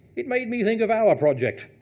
it made me think of our project.